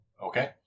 Okay